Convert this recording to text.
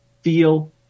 feel